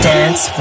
Dance